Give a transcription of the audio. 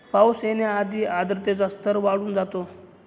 पाऊस येण्याआधी आर्द्रतेचा स्तर वाढून जातो